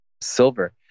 silver